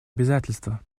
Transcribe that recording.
обязательство